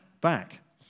back